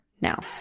Now